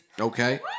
Okay